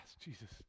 Jesus